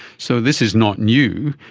so this is not new.